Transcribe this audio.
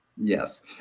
yes